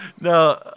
No